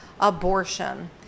abortion